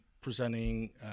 presenting